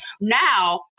now